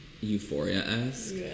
euphoria-esque